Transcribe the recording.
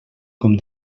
com